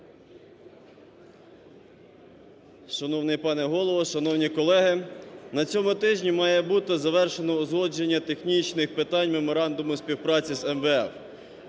Шановний пане Голово, шановні колеги, на цьому тижні має бути завершено узгодження технічних питань меморандуму співпраці з МВФ.